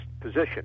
position